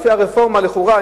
לפי הרפורמה לכאורה,